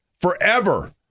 forever